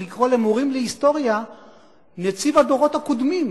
לקרוא למורים להיסטוריה נציב הדורות הקודמים?